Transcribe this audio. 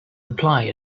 imply